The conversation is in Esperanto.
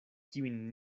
kiujn